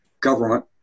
government